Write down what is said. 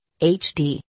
HD